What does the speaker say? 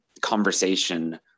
conversation